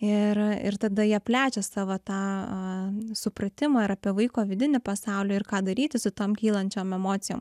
ir ir tada jie plečia savo tą supratimą apie ir vaiko vidinį pasaulį ir ką daryti su tom kylančiom emocijom